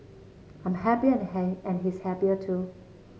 I'm happier and hey and he's happier too